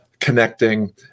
connecting